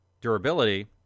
durability